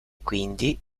quindi